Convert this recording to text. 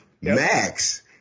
Max